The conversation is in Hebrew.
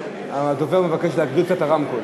הדובר מבקש להגביר קצת את הרמקול.